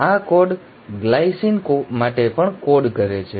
આ code glycine માટે પણ કોડ કરે છે